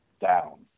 down